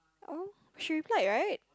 oh she replied right